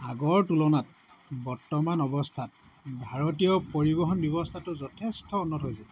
আগৰ তুলনাত বৰ্তমান অৱস্থাত ভাৰতীয় পৰিবহন ব্যৱস্থাটো যথেষ্ট উন্নত হৈছে